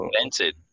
invented